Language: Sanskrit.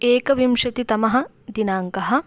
एकविंशतितमः दिनाङ्कः